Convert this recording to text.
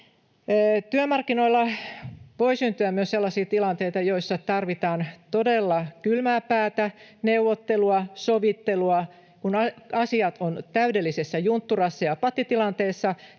Työmarkkinoilla voi syntyä myös sellaisia tilanteita, joissa tarvitaan todella kylmää päätä, neuvottelua, sovittelua. Kun asiat ovat täydellisessä juntturassa ja pattitilanteessa,